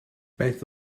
beth